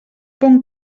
bon